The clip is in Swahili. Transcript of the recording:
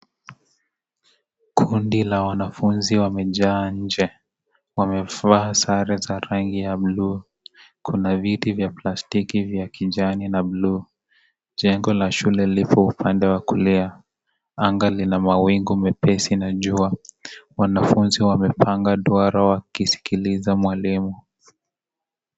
Kundi la wanafunzi wamejaa nje. Wamevaa sare za rangi ya bluu. Kuna viti vya plastiki vya kijani na bluu. Jengo la shule lipo upande wa kulia. Anga lina mawingu mepesi na jua. Wanafunzi wamepanga duara wakisikiliza mwalimu.